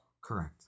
Correct